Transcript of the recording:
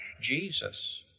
Jesus